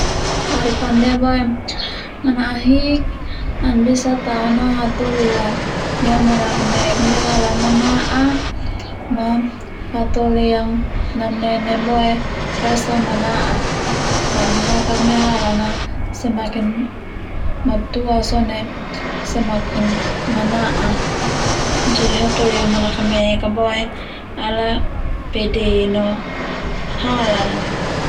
Harpa ndia boe manahik ana bisa tao na hatoli la yang manakamek ndia halan mana'a ma hatoli yang namnene boe rasa mana'a karna hatak ndia halan na semakin matua sone semakin mana'a jadi hatoli yang manakamek boe ala pede no halan al.